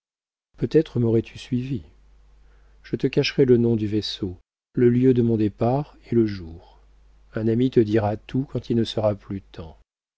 peut-être maurais tu suivi je te cacherai le nom du vaisseau le lieu de mon départ et le jour un ami te dira tout quand il ne sera plus temps